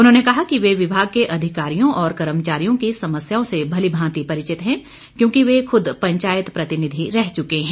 उन्होंने कहा कि वे विभाग के अधिकारियों व कर्मचारियों की समस्याओं से भलिभांति परिचित है क्योंकि वे खुद पंचायत प्रतिनिधि रह चुके हैं